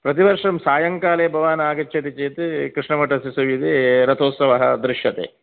प्रतिवर्षं सायंकाले भवान् आगच्छति चेत् कृष्णमठस्य सविधे रथोत्सवः दृश्यते